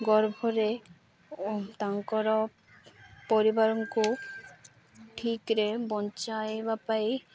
ଗର୍ଭରେ ତାଙ୍କର ପରିବାରଙ୍କୁ ଠିକ୍ରେ ବଞ୍ଚାଇବା ପାଇଁ